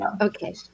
Okay